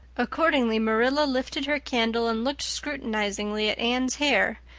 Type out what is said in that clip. accordingly, marilla lifted her candle and looked scrutinizingly at anne's hair,